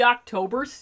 October